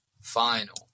final